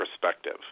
perspective